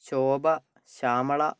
Shobha Shyamala